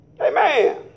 Amen